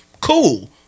Cool